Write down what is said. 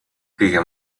kõige